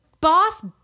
boss